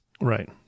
Right